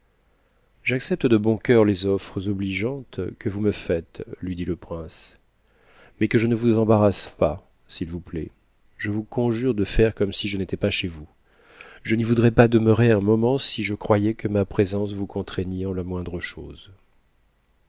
j'accepte de bon cœur les offres obligeantes que vous me faites lui dit le prince mais que je ne vous embarrasse pas s'il vous plaît je vous conjure de faire comme si je n'étais pas chez vous je n'y voudrais pas demeurer un moment si je croyais que ma présence vous contraignît en la moindre chose